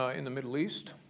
ah in the middle east?